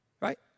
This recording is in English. Right